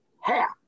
half